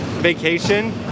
vacation